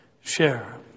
share